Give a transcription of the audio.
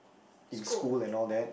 in school and all that